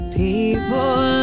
people